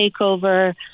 takeover